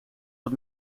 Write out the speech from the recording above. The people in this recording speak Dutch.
wat